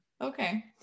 Okay